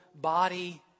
body